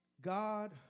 God